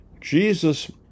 Jesus